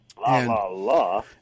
La-la-la